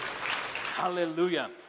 Hallelujah